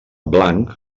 blanc